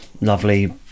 lovely